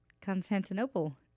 Constantinople